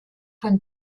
von